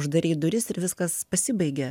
uždarei duris ir viskas pasibaigė